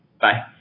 Bye